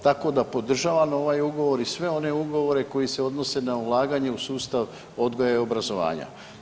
Tako da podržavam ovaj ugovor i sve one ugovore koji se odnosi na ulaganje u sustav odgoja i obrazovanja.